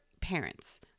parents